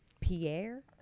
pierre